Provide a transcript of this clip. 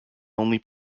only